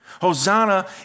Hosanna